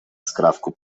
skrawku